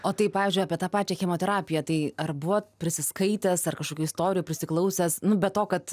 o tai pavyzdžiui apie tą pačią chemoterapiją tai ar buvot prisiskaitęs ar kažkokių istorijų prisiklausęs nu be to kad